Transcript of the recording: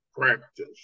practice